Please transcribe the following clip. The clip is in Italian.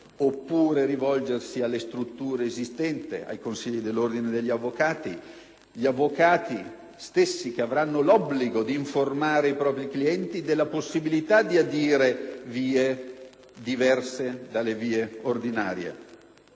oppure alle strutture esistenti, ai consigli degli ordini degli avvocati, mentre gli avvocati stessi avranno l'obbligo di informare i propri clienti della possibilità di adire vie diverse da quelle ordinarie.